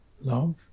love